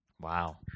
Wow